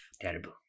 Terrible